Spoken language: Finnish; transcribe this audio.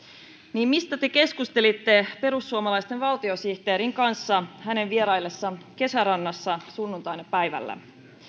niin mistä te keskustelitte perussuomalaisten valtiosihteerin kanssa hänen vieraillessa kesärannassa sunnuntaina päivällä